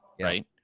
right